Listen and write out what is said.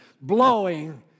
blowing